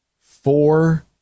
four